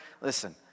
Listen